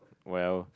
well